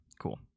cool